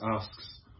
asks